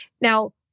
Now